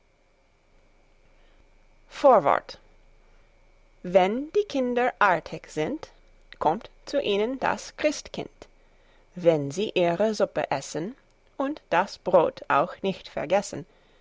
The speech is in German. bilder wenn die kinder artig sind kommt zu ihnen das christkind wenn sie ihre suppe essen und das brot auch nicht vergessen